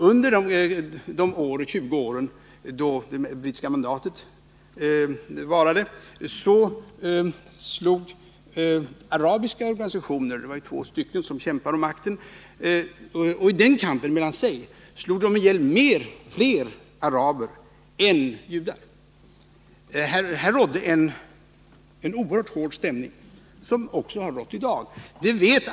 Under de 20 år som det brittiska mandatet varade kämpade två arabiska organisationer om makten, och i den kampen slog de ihjäl fler araber än judar. Det rådde då en oerhört spänd stämning, och en sådan råder också i dag.